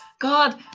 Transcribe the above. god